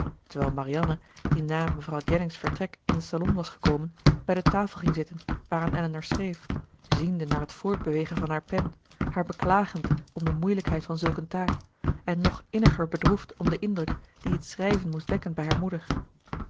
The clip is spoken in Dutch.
terwijl marianne die na mevrouw jennings vertrek in den salon was gekomen bij de tafel ging zitten waaraan elinor schreef ziende naar het voortbewegen van haar pen haar beklagend om de moeilijkheid van zulk een taak en nog inniger bedroefd om den indruk dien het schrijven moest wekken bij hare moeder